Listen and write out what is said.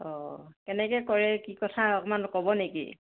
অ কেনেকৈ কৰে কি কথা অকণমান ক'ব নেকি